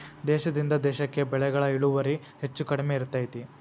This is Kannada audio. ದೇಶದಿಂದ ದೇಶಕ್ಕೆ ಬೆಳೆಗಳ ಇಳುವರಿ ಹೆಚ್ಚು ಕಡಿಮೆ ಇರ್ತೈತಿ